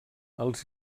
els